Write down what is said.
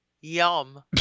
Yum